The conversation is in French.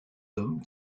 hommes